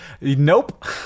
nope